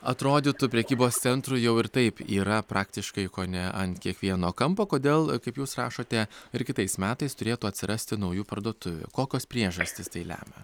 atrodytų prekybos centrų jau ir taip yra praktiškai kone ant kiekvieno kampo kodėl kaip jūs rašote ir kitais metais turėtų atsirasti naujų parduotuvių kokios priežastys tai lemia